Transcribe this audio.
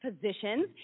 positions